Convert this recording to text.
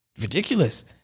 ridiculous